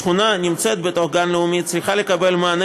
שכונה הנמצאת בתוך גן לאומי צריכה לקבל מענה